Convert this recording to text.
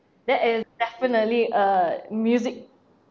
that is definitely a music